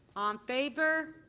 um favor?